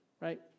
right